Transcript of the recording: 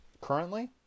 Currently